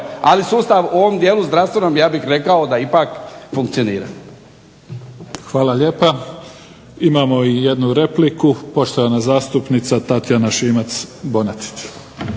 Ali sustav u ovom dijelu zdravstvenom ja bih rekao da ipak funkcionira. **Mimica, Neven (SDP)** Hvala lijepa. Imamo i jednu repliku, poštovana zastupnica Tatjana Šimac-Bonačić.